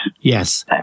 Yes